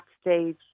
stage